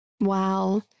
Wow